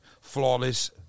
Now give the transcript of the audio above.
Flawless